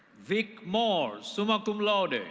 vick moore, summa cum laude.